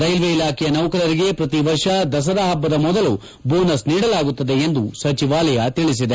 railway ಇಲಾಖೆಯ ನೌಕರರಿಗೆ ಪ್ರತಿವರ್ಷ ದಸರಾ ಹಬ್ಬದ ಮೊದಲು ಬೋನಸ್ ನೀಡಲಾಗುತ್ಲದೆ ಎಂದು ಸಚಿವಾಲಯ ತಿಳಿಸಿದೆ